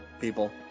people